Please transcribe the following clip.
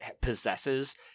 possesses